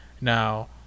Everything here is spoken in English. Now